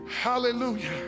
hallelujah